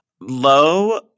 Low